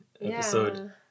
episode